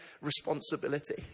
responsibility